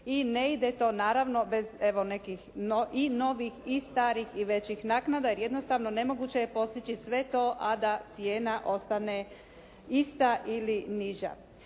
I ne ide to naravno bez nekih i novih i starih i većih naknada jer jednostavno nemoguće je postići sve to a da cijena ostane ista ili niža.